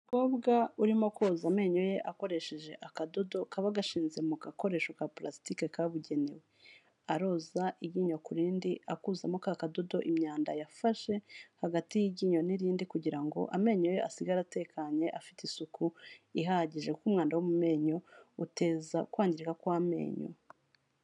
Umukobwa urimo koza amenyo ye akoresheje akadodo kaba gashinze mu gakoresho ka plastique kabugenewe. Aroza iryinyo ku rindi akozamo ka kadodo imyanda yafashe hagati y'iryinyo n'irindi kugira ngo amenyo ye asigara atekanye afite isuku ihagije kuko umwanda w'amenyo uteza kwangirika kw'amenyo.